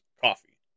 coffee